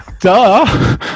duh